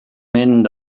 mynd